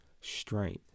strength